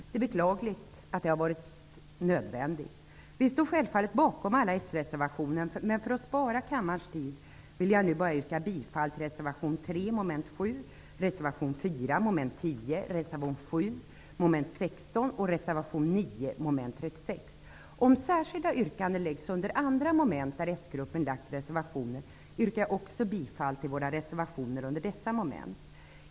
Det är beklagligt att det har varit nödvändigt. Vi står självfallet bakom alla s-reservationer, men för att spara kammarens tid vill jag nu bara yrka bifall till reservation 3 mom. 7, reservation 4 mom. 10, reservation 7 mom. 16 och reservation 9 mom. 36. Om särskilda yrkanden görs under andra moment där s-gruppen gjort reservationer, yrkar jag också bifall till våra reservationer under dessa moment.